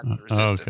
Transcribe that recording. okay